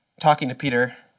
talking to peter